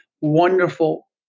wonderful